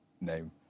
name